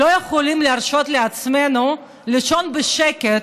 לא יכולים להרשות לעצמנו לישון בשקט